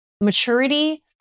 maturity